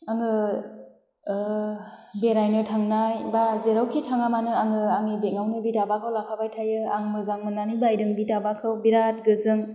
आङो बेरायनो थांनाय बा जेरावखि थाङा मानो आङो आंनि बेगावनो बे दाबाखौ लाफाबाय थायो आं मोजां मोन्नानै बायदों बि दाबाखौ बिराथ गोजों